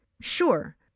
Sure